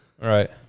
Right